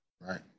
right